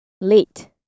Late